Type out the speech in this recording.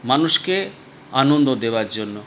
মানুষকে আনন্দ দেওয়ার জন্য